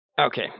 Okay